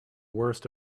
worst